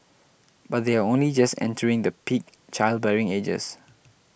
but they are only just entering the peak childbearing ages